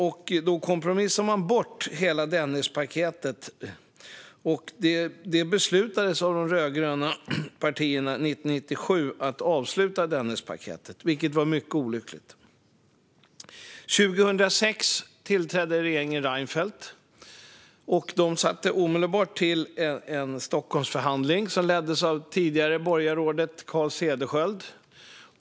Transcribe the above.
Sedan kompromissade man bort hela Dennispaketet - 1997 beslutade de rödgröna partierna att avsluta Dennispaketet, vilket var mycket olyckligt. År 2006 tillträdde regeringen Reinfeldt. Man tillsatte omedelbart en Stockholmsförhandling, som leddes av tidigare borgarrådet Carl Cederschiöld.